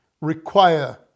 require